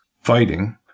fighting